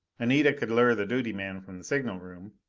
anita could lure the duty man from the signal room,